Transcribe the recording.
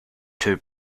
too